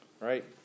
Right